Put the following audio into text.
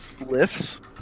lifts